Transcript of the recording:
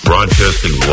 Broadcasting